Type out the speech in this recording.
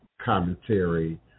commentary